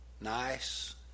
nice